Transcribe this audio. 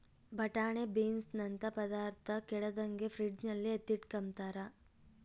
ಬಟಾಣೆ ಬೀನ್ಸನಂತ ಪದಾರ್ಥ ಕೆಡದಂಗೆ ಫ್ರಿಡ್ಜಲ್ಲಿ ಎತ್ತಿಟ್ಕಂಬ್ತಾರ